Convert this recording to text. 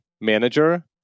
manager